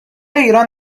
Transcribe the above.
ایران